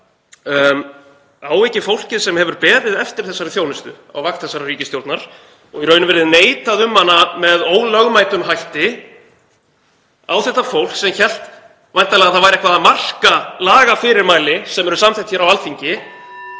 Á ekki fólkið sem hefur beðið eftir þessari þjónustu á vakt þessarar ríkisstjórnar og í raun verið neitað um hana með ólögmætum hætti, á þetta fólk, sem hélt væntanlega að eitthvað væri að marka lagafyrirmæli sem samþykkt eru á Alþingi,